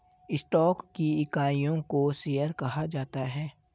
stock की इकाइयों को शेयर कहा जाता है